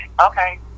Okay